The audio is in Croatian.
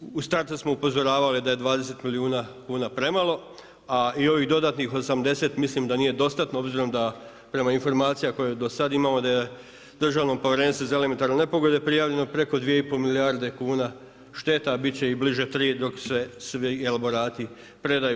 u startu smo upozoravali da 20 milijuna kuna premalo, a i ovih dodatnih 80 mislim da nije dostatno obzirom da prema informacijama koje do sada imamo da je Državnom povjerenstvu za elementarne nepogode prijavljeno preko 2,5 milijarde kuna šteta, a bit će ih bliže tri dok se svi elaborati predaju.